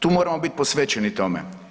Tu moramo bit posvećeni tome.